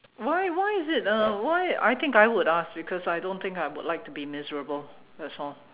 why why is it uh why I think I would ask because I don't think I would like to be miserable that's all